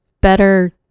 better